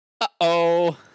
Uh-oh